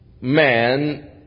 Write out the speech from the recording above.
man